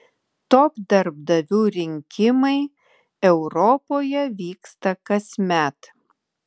top darbdavių rinkimai europoje vyksta kasmet